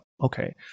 okay